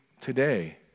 today